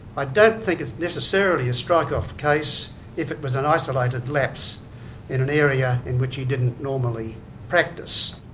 i don't think it's necessarily a strike-off case if it was an isolated lapse in an area in which he didn't normally practise.